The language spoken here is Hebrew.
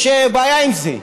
יש בעיה עם זה,